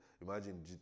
Imagine